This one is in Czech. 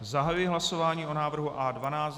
Zahajuji hlasování o návrhu A 12.